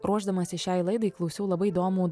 ruošdamasi šiai laidai klausiau labai įdomų